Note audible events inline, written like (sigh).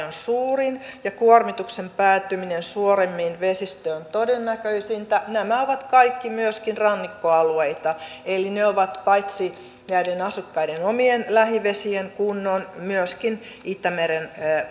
(unintelligible) on suurin ja kuormituksen päätyminen suoremmin vesistöön todennäköisintä nämä ovat kaikki myöskin rannikkoalueita eli ne ovat paitsi näiden asukkaiden omien lähivesien kunnon myöskin itämeren